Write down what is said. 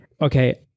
okay